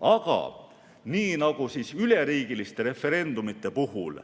Aga nii nagu üleriigiliste referendumite puhul